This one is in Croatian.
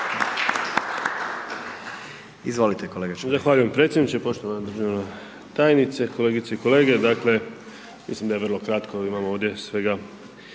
Izvolite kolega